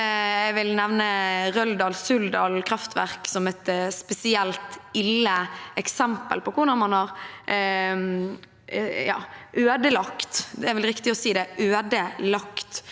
Jeg vil nevne Røldal–Suldal kraftverk som et spesielt ille eksempel på hvordan man har ødelagt